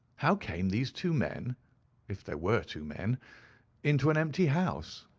how came these two men if there were two men into an empty house?